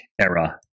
era